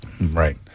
Right